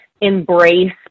embrace